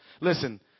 Listen